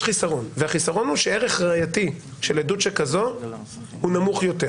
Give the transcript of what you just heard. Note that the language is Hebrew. החסרון הוא שערך ראייתי של עדות שכזאת הוא נמוך יותר.